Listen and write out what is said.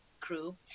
crew